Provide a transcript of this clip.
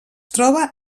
troba